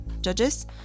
judges